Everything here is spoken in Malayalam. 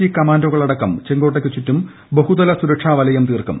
ജി കമാൻഡോകളടക്കം ചുവപ്പുകോട്ടയ്ക്കു ചുറ്റും ബഹുതല സുരക്ഷാ വലയം തീർക്കും